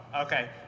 okay